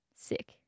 Sick